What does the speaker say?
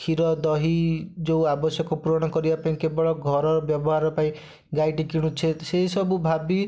କ୍ଷୀର ଦହି ଯୋଉ ଆବଶ୍ୟକ ପୂରଣ କରିବାପାଇଁ କେବଳ ଘର ବ୍ୟବହାର ପାଇଁ ଗାଈଟି କିଣୁଛେ ସେଇସବୁ ଭାବି